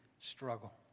struggle